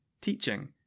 teaching